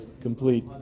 complete